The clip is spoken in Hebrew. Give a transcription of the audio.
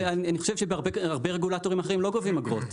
אני חושב שבהרבה רגולטורים אחרים לא גובים אגרות.